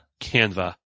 Canva